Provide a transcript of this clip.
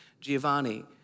Giovanni